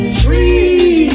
tree